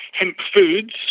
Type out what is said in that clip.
hempfoods